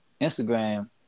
Instagram